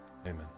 amen